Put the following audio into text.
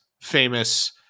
famous